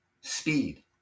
Speed